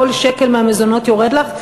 כל שקל מהמזונות יורד לך,